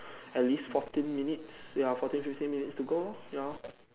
at least fourteen minutes ya fourteen fifteen minutes to go you know